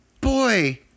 boy